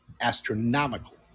astronomical